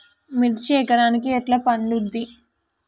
మిర్చి ఎకరానికి ఎట్లా పండుద్ధి?